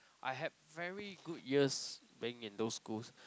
I had very good years being in those schools